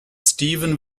steven